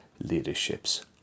leadership's